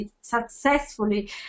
successfully